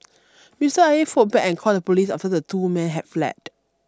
Mister Aye fought back and called the police after the two men had fled